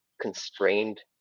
constrained